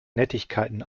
nettigkeiten